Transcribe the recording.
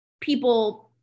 people